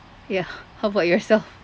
ya how about yourself